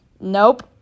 nope